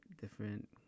different